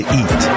eat